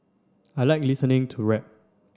I like listening to rap